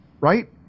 right